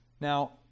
Now